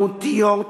מהותיות,